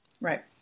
right